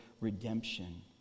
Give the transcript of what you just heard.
redemption